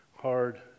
hard